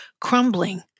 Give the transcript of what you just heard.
crumbling